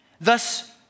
thus